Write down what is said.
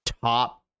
top